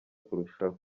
kurushaho